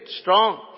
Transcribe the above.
strong